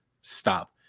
stop